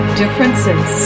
differences